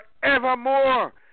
forevermore